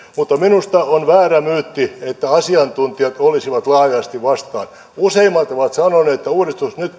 mutta minusta on väärä myytti että asiantuntijat olisivat laajasti vastaan useimmat ovat sanoneet että uudistus nyt